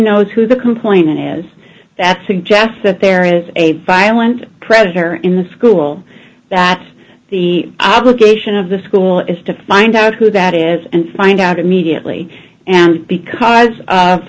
knows who the complainant has that suggests that there is a violent predator in the school that the obligation of the school is to find out who that is and find out immediately and because of